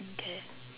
mm K